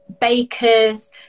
bakers